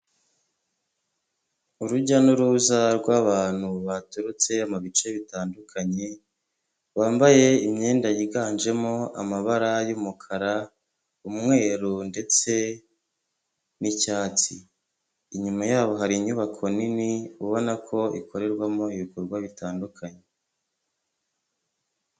Urujya n'uruza rw'abantu baturutse mu bice bitandukanye, bambaye imyenda yiganjemo amabara y'umukara, umweru, ndetse n'icyatsi, inyuma yabo hari inyubako nini ubona ko ikorerwamo ibikorwa bitandukanye.